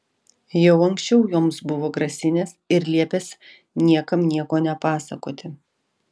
jau anksčiau joms buvo grasinęs ir liepęs niekam nieko nepasakoti